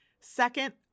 Second